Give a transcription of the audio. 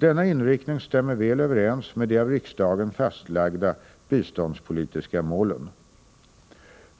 Denna inriktning stämmer väl överens med de av riksdagen fastlagda biståndspolitiska målen.